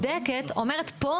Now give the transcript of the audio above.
הרשות בודקת ואומרת "פה,